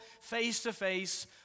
face-to-face